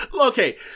Okay